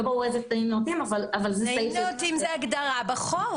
ברור איזה תנאים נאותים --- תנאים נאותים זה הגדרה בחוק,